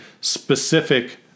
specific